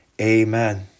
Amen